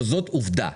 וזאת עובדה.